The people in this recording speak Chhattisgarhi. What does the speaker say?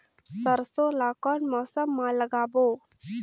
सरसो ला कोन मौसम मा लागबो?